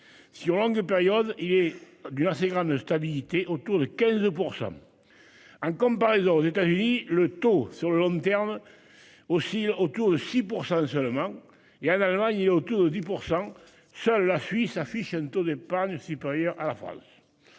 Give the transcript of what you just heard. Sur longue période. Il est d'une assez grande stabilité autour de 15%. En comparaison aux États-Unis, le taux sur le long terme. Oscille autour de 6% seulement il y a en Allemagne et autour de 10%, seule la Suisse affiche un taux d'épargne supérieurs à la Laval.